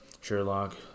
Sherlock